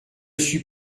suis